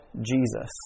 Jesus